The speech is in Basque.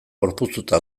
gorpuztuta